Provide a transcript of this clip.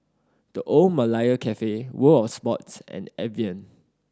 The Old Malaya Cafe World Of Sports and Evian